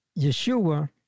Yeshua